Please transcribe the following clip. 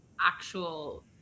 actual